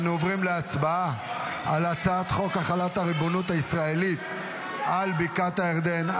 אנו עוברים להצבעה על הצעת חוק החלת הריבונות הישראלית על בקעת הירדן,